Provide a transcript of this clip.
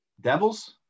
Devils